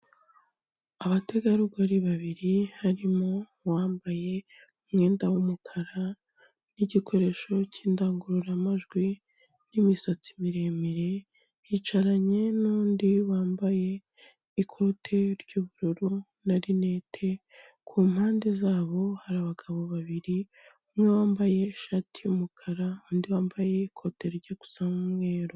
Abategarugori babiri, harimo uwambaye umwenda w'umukara n'igikoresho cy'indangururamajwi n'imisatsi miremire, yicaranye n'undi wambaye ikote ry'ubururu na rinete. Ku mpande zabo hari abagabo babiri, umwe wambaye ishati y'umukara, undi wambaye ikote rijya gusa nk'umweru.